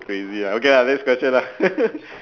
crazy ah okay lah next question lah